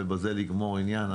ובזה לגמור עניין.